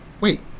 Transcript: Wait